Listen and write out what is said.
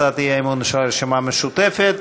הצעת האי-אמון של הרשימה המשותפת.